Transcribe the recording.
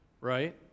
Right